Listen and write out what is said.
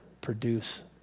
produce